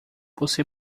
você